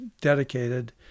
dedicated